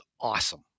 awesome